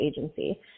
agency